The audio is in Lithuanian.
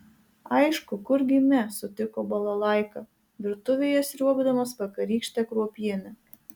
aišku kurgi ne sutiko balalaika virtuvėje sriuobdamas vakarykštę kruopienę